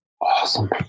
Awesome